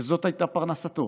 שזאת הייתה פרנסתו